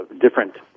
different